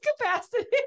capacity